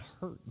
hurt